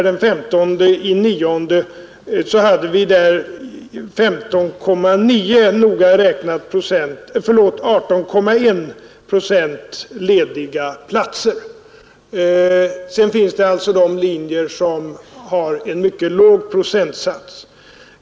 Den 15 september hade vi där noga räknat 18,1 procent lediga platser. Sedan finns alltså de linjer som har en mycket låg procentsats lediga platser.